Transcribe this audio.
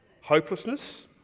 Hopelessness